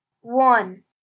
One